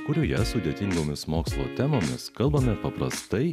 kurioje sudėtingomis mokslo temomis kalbame paprastai